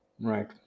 Right